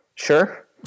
Sure